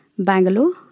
Bangalore